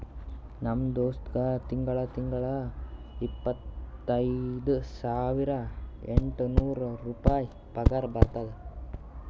ನಮ್ ದೋಸ್ತ್ಗಾ ತಿಂಗಳಾ ತಿಂಗಳಾ ಇಪ್ಪತೈದ ಸಾವಿರದ ಎಂಟ ನೂರ್ ರುಪಾಯಿ ಪಗಾರ ಬರ್ತುದ್